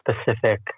specific